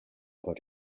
but